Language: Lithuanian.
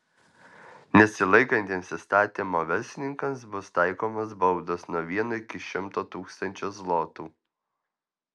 nesilaikantiems įstatymo verslininkams bus taikomos baudos nuo vieno iki šimto tūkstančio zlotų